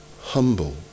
humble